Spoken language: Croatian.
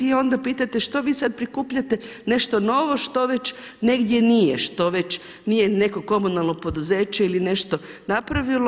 I onda pitate što vi sad prikupljate nešto novo što već negdje nije, što već nije neko komunalno poduzeće ili nešto napravilo.